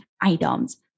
items